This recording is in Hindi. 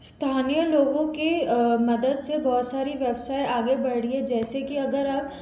स्थानीय लोगों के मदद से बहुत सारी व्यवसाय आगे बढ़ी हैं जैसे कि अगर आप